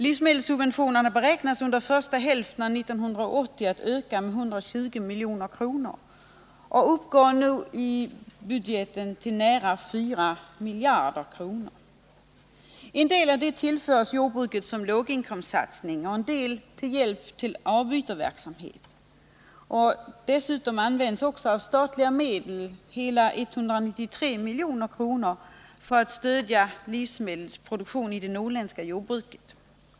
Livsmedelssubventionerna beräknas under första hälften av 1980 öka med 120 milj.kr. och uppgår nu i budgeten till nära 4 miljarder kronor. En del av detta belopp tillförs jordbruket som låginkomstsatsningar, och en del går till hjälp till avbytarverksamhet. Dessutom används också av statliga medel hela 193 milj.kr. för att stödja livsmedelsproduktionen i det norrländska jordbruket.